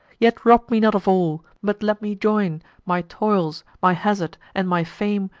yet rob me not of all but let me join my toils, my hazard, and my fame,